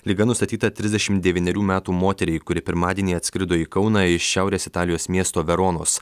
liga nustatyta trisdešimt devynerių metų moteriai kuri pirmadienį atskrido į kauną iš šiaurės italijos miesto veronos